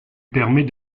permet